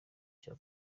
cya